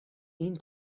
این